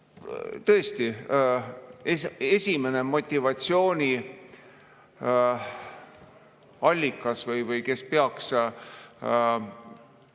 Tõesti, esimene motivatsiooniallikas, see, kes peaks